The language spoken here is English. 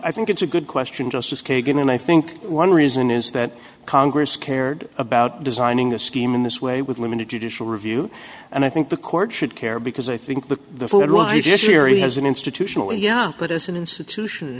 i think it's a good question justice kagan and i think one reason is that congress cared about designing the scheme in this way with limited judicial review and i think the court should care because i think the jury has an institutional yeah but as an institution